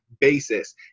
basis